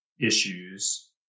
issues